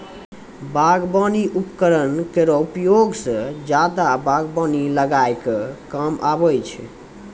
बागबानी उपकरन केरो प्रयोग सें जादा बागबानी लगाय क काम आबै छै